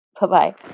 Bye-bye